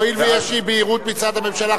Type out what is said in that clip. הואיל ויש אי-בהירות מצד הממשלה,